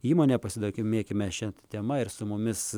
įmonė pasidomėkime šia tema ir su mumis